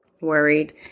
worried